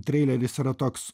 treileris yra toks